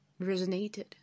Resonated